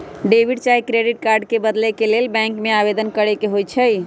debit चाहे credit card के बदले के लेल बैंक में आवेदन करेके होइ छइ